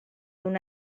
una